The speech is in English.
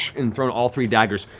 and thrown all three daggers,